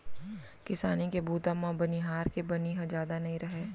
किसानी के बूता म बनिहार के बनी ह जादा नइ राहय